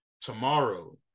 tomorrow